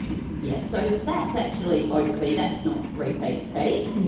yeah so that's actually oakley, that's not repeat pete.